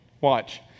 watch